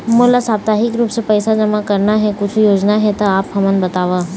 मोला साप्ताहिक रूप से पैसा जमा करना हे, कुछू योजना हे त आप हमन बताव?